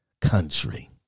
country